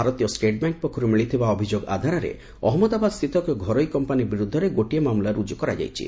ଭାରତୀୟ state bank ପକ୍ଷର୍ ମିଳିଥିବା ଅଭିଯୋଗ ଆଧାରରେ ଅହଞ୍ଚନ୍ଦାବାଦ ସ୍ଥିତ ଏକ ଘରୋଇ କମ୍ପାନୀ ବିରୁଦ୍ଧରେ ଗୋଟିଏ ମାମଲା ରୁଜୁ କରାଯାଇଛି